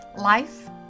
life